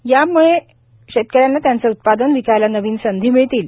या कायद्यामुळे शेतकऱ्यांना त्यांचे उत्पादन विकायला नवीन संधी मिळतील